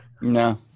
No